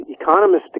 economists